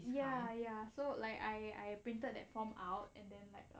ya ya so like I I printed that form out and then like uh